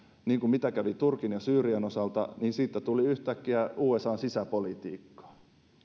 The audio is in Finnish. siitä mitä kävi turkin ja syyrian osalta tuli yhtäkkiä usan sisäpolitiikkaa